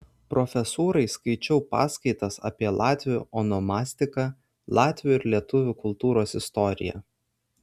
profesūrai skaičiau paskaitas apie latvių onomastiką latvių ir lietuvių kultūros istoriją